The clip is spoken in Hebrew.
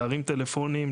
להרים טלפונים,